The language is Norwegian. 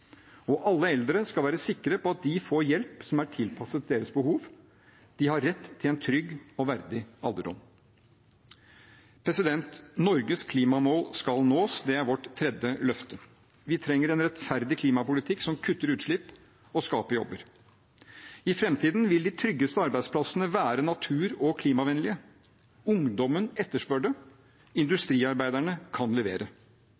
Alle eldre skal være sikre på at de får hjelp som er tilpasset deres behov. De har rett til en trygg og verdig alderdom. Norges klimamål skal nås. Det er vårt tredje løfte. Vi trenger en rettferdig klimapolitikk som kutter utslipp og skaper jobber. I framtiden vil de tryggeste arbeidsplassene være natur- og klimavennlige. Ungdommen etterspør det, og industriarbeiderne kan levere.